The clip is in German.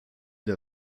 der